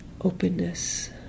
openness